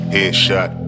Headshot